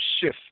shift